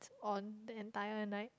on the entire night